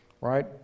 right